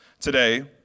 today